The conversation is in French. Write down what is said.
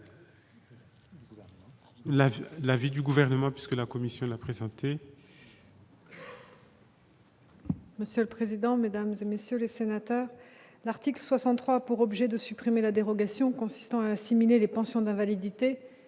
l'avis du gouvernement, puisque la commission la présenter.